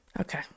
okay